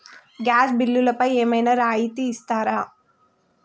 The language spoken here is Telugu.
గ్యాస్ బిల్లుపై ఏమైనా రాయితీ ఇస్తారా?